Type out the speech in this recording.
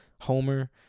Homer